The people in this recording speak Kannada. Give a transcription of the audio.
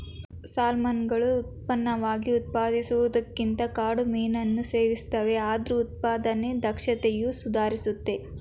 ಸಾಲ್ಮನ್ಗಳು ಉತ್ಪನ್ನವಾಗಿ ಉತ್ಪಾದಿಸುವುದಕ್ಕಿಂತ ಕಾಡು ಮೀನನ್ನು ಸೇವಿಸ್ತವೆ ಆದ್ರೂ ಉತ್ಪಾದನೆ ದಕ್ಷತೆಯು ಸುಧಾರಿಸ್ತಿದೆ